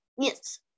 Yes